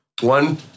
one